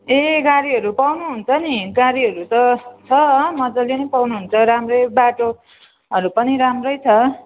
ए गाडीहरू पाउनुहुन्छ नि गाडीहरू त छ मजाले पाउनुहुन्छ राम्रै बाटोहरू पनि राम्रै छ